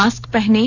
mask पहनें